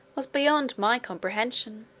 was beyond my comprehension.